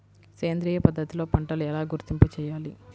సేంద్రియ పద్ధతిలో పంటలు ఎలా గుర్తింపు చేయాలి?